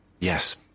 Yes